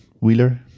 Wheeler